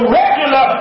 regular